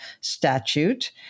statute